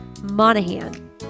Monahan